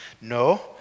No